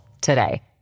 today